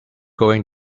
going